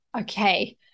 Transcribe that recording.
okay